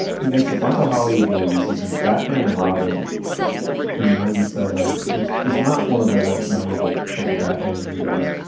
he makes a bunch of hollywood movies. he's in batman and robin in ninety seven, which is not one of the more memorable of the batman movies.